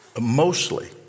Mostly